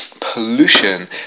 pollution